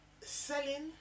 selling